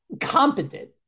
competent